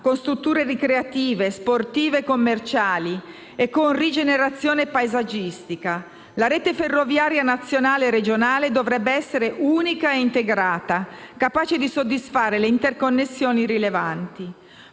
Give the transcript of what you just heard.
con strutture ricreative, sportive e commerciali e con rigenerazione paesaggistica. La rete ferroviaria nazionale e regionale dovrebbe essere unica e integrata, capace di soddisfare le interconnessioni rilevanti.